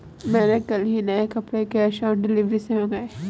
मैंने कल ही नए कपड़े कैश ऑन डिलीवरी से मंगाए